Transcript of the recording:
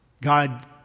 God